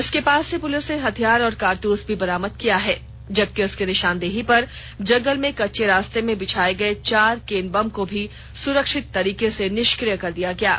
उसके पास से पुलिस ने हथियार और कारतूस भी बरामद किया है जबकि उसकी निशानदेही पर जंगल में कच्चे रास्ते में बिछाये गये चार केन बम को भी सुरक्षित तरीके से निष्क्रिय कर दिया गया है